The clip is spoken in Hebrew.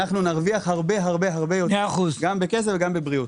אנחנו נרוויח הרבה יותר גם בכסף וגם בבריאות.